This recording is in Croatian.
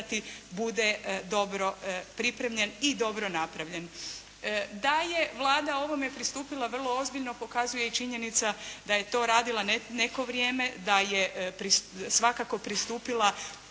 bude dobro pripremljen i dobro napravljen. Da je Vlada ovome pristupila vrlo ozbiljno pokazuje i činjenica da je to radila neko vrijeme, da je svakako pristupila